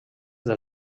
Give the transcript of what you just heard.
del